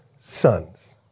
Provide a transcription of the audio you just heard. sons